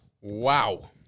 Wow